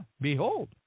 behold